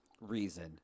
reason